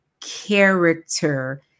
character